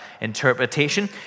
interpretation